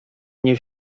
nie